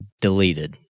deleted